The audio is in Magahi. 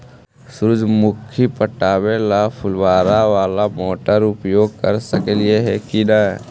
सुरजमुखी पटावे ल फुबारा बाला मोटर उपयोग कर सकली हे की न?